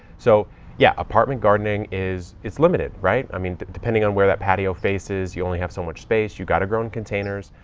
so yeah, apartment gardening is, it's limited, right? i mean, depending on where that patio faces, you only have so much space. you've got to grow in containers.